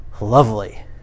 lovely